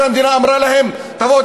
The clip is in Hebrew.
והמדינה אמרה להם: תבואו,